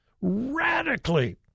radically